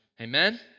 Amen